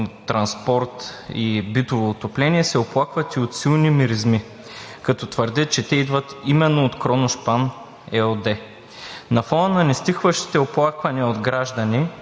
транспорт и битово отопление се оплакват и от силни миризми, като твърдят, че те идват именно от „Кроношпан“ ЕООД. На фона на нестихващите оплаквания от граждани,